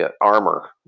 armor